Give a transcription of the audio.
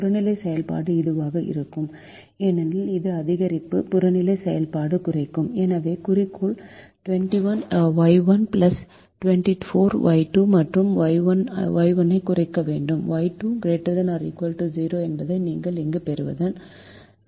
புறநிலை செயல்பாடு இதுவாக இருக்கும் ஏனெனில் இது அதிகரிப்பு புறநிலை செயல்பாடு குறைக்கும் எனவே குறிக்கோள் 21Y1 24Y2 மற்றும் Y1 ஐக் குறைக்க வேண்டும் Y2 ≥ 0 என்பது நீங்கள் இங்கு பெறுவதுதான்